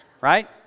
Right